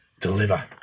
Deliver